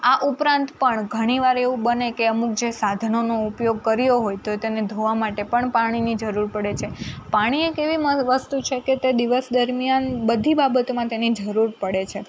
આ ઉપરાંત પણ ઘણીવાર એવું બને કે અમુક જે સાધનોનો ઉપયોગ ર્ક્યો હોય તો તેને ધોવા માટે પણ પાણીની જરૂર પડે છે પાણી એક એવી વસ્તુ છેકે તે દિવસ દરમ્યાન બધી બાબતોમાં તેની જરૂર પડે છે